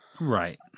right